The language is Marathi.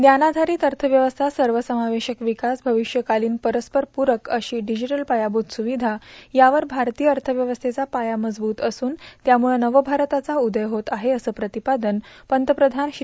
ज्ञानायारित अर्थव्यवस्था सर्वसमावेशक विकास भविष्यकालीन परस्परपुरक अश्री डिजिटल पायाभूत सुविधा यावर भारतीय अर्थव्यवस्थेचा पाया मजबूत असून त्यामुळं नवभारताचा उदय होत आहे असं प्रतिपादन पंतप्रयान श्री